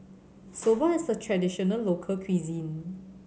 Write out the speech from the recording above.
Soba is a traditional local cuisine